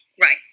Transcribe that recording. Right